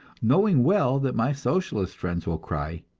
knowing well that my socialist friends will cry,